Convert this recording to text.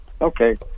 Okay